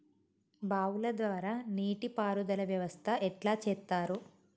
బావుల ద్వారా నీటి పారుదల వ్యవస్థ ఎట్లా చేత్తరు?